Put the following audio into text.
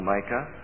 Micah